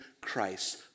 Christ